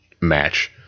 match